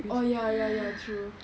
oh ya ya ya true